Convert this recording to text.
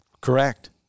Correct